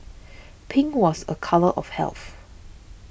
pink was a colour of health